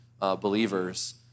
believers